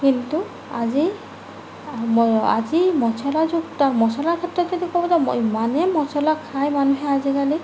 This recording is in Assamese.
কিন্তু আজি আজি মচলাযুক্ত মচলা ক্ষেত্ৰত যদি ক'ব যাওঁ ইমানে মচলা খায় মানুহে আজিকালি